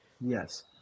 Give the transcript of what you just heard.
Yes